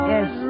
Yes